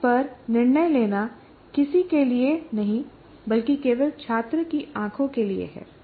उस पर निर्णय लेना किसी के लिए नहीं बल्कि केवल छात्र की आंखों के लिए है